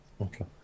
Okay